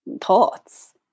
thoughts